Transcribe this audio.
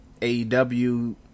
AEW